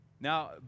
Now